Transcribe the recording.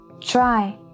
Try